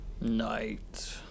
Night